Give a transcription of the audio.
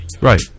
Right